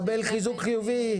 אתה מקבל חיזוק חיובי.